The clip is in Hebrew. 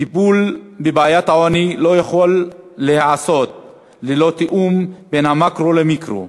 טיפול בבעיית העוני לא יכול להיעשות ללא תיאום בין המקרו למיקרו.